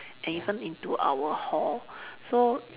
and even into our hall so